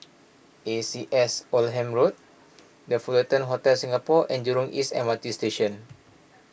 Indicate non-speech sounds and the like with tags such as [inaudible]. A C S Oldham [unintelligible] the Fullerton Hotel Singapore and Jurong East M R T Station